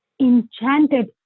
enchanted